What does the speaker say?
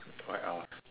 what else